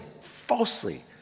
falsely